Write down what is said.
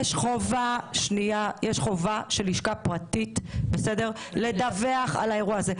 יש חובה של לשכה פרטית לדווח על האירוע הזה.